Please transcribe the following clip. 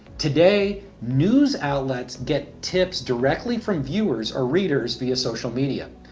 today news outlets get tips directly from viewers or readers via social media.